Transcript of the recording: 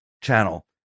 channel